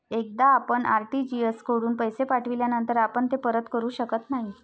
एकदा आपण आर.टी.जी.एस कडून पैसे पाठविल्यानंतर आपण ते परत करू शकत नाही